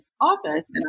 office